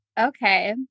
Okay